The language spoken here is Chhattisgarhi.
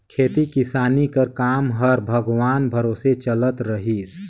खेती किसानी कर काम हर भगवान भरोसे चलत रहिस